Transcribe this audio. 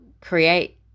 create